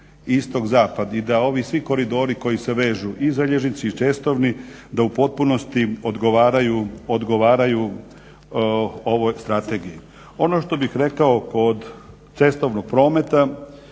istok-zapad i da ovi svi koridori koji se vežu i željeznički i cestovni da u potpunosti odgovaraju ovoj strategiji. Ono što bih rekao kod cestovnog prometa